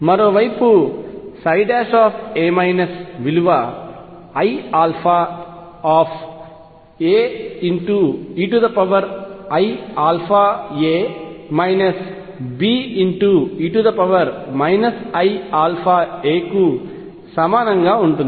మరోవైపు ψ విలువ iαAeiαa Be iαa కు సమానంగా ఉంటుంది